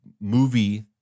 movie